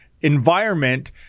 environment